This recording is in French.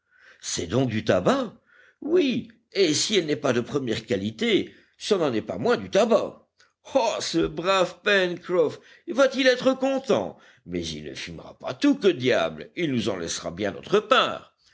c'est donc du tabac oui et s'il n'est pas de première qualité ce n'en est pas moins du tabac ah ce brave pencroff va-t-il être content mais il ne fumera pas tout que diable et il nous en laissera bien notre part